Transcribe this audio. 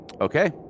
Okay